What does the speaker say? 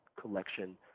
collection